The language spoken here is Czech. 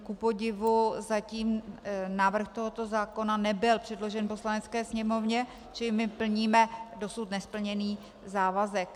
Kupodivu zatím návrh tohoto zákona nebyl předložen Poslanecké sněmovně, čili my plníme dosud nesplněný závazek.